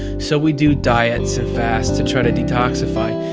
so we do diets and fasts to try to detoxify.